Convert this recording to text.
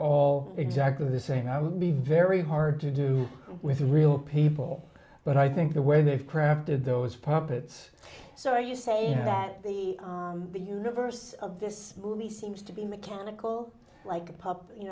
all exactly the same i would be very hard to do with real people but i think the way they've crafted those puppets so you say that the the universe of this movie seems to be mechanical like